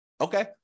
Okay